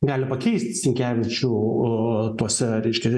gali pakeisti sinkevičių tuose reiškia